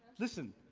listen.